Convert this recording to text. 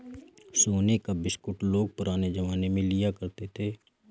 सोने का बिस्कुट लोग पुराने जमाने में लिया करते थे